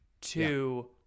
Two